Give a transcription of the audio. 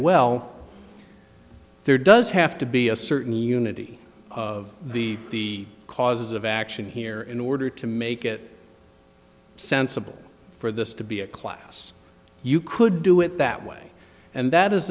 well there does have to be a certain unity of the cause of action here in order to make it sensible for this to be a class you could do it that way and that is